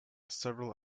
several